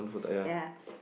ya